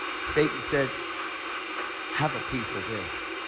satan said have a piece of this.